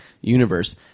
universe